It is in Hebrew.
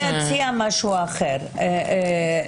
אני מציעה הצעת ביניים.